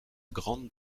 grande